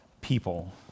people